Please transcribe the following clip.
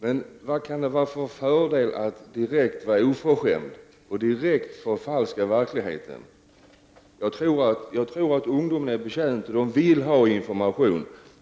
Men vad kan det finnas för fördel i att vara direkt oförskämd och förfalska verkligheten? Ungdomarna är betjänta av och vill ha information.